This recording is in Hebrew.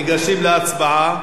ניגשים להצבעה.